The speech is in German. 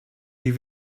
die